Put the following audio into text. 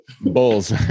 Bulls